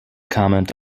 comment